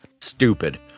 Stupid